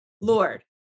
Lord